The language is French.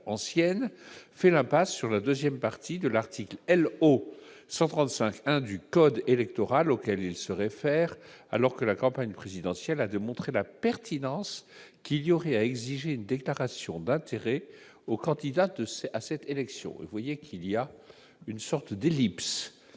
ancienne, fait l'impasse sur la deuxième partie de l'article LO 135-1 du code électoral auquel il se réfère, alors que la campagne présidentielle a démontré la pertinence qu'il y aurait à exiger une déclaration d'intérêts aux candidats à cette élection. Il ne vous aura pas